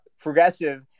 progressive